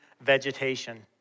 vegetation